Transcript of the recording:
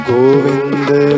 Govinda